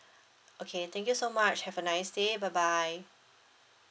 okay thank you so much have a nice day bye bye